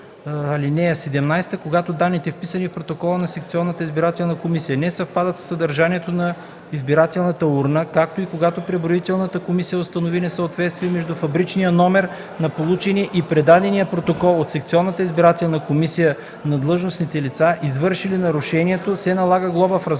Когато данните, вписани в протоколите на секционната избирателна комисия, не съвпадат със съдържанието на избирателната урна, както и когато преброителната комисия установи несъответствие между фабричните номера на получените и предадените протоколи от секционната избирателна комисия, на длъжностните лица, извършили нарушението, се налага глоба в размер